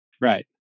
Right